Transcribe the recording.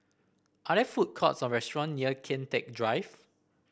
are there food courts or restaurant near Kian Teck Drive